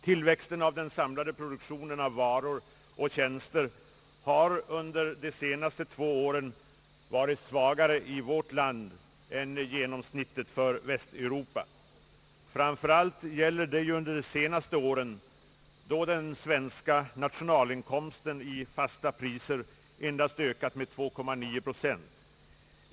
Tillväxten av den samlade produktionen av varor och tjänster har under de senaste två åren varit svagare i Sverige än genomsnittet för Västeuropa. Framför allt gäller det ju det senaste året, då den svenska nationalinkomsten i fasta priser endast ökade med 2,9 procent.